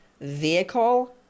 vehicle